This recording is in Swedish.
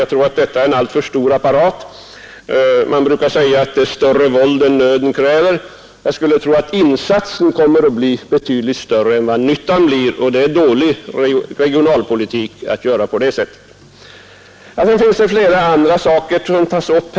Jag tror att en sådan här apparat är alltför stor eller, som man brukar säga, det är att bruka större våld än nöden kräver. Jag skulle tro att insatsen skulle bli betydligt större än nyttan, och det är regionalpolitiskt fel att göra på det sättet. Sedan finns det flera andra motionsyrkanden.